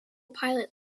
pilot